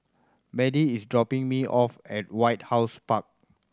Madie is dropping me off at White House Park